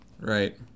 Right